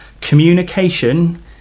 communication